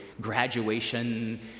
graduation